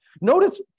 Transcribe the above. Notice